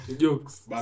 jokes